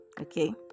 okay